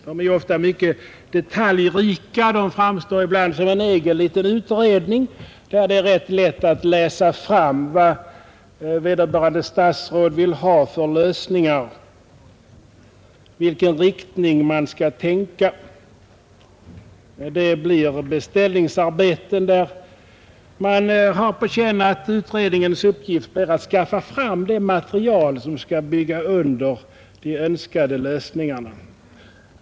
De är ofta mycket detaljrika — de framstår ibland som en egen liten utredning, där det är rätt lätt att läsa fram vad vederbörande statsråd vill ha för lösningar, i vilken riktning man skall tänka. Det blir beställningsarbeten, där man har på känn att utredningens uppgift är att skaffa fram det material som skall bygga under de önskade lösningarna.